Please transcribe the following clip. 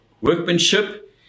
workmanship